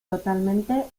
totalmente